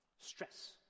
stress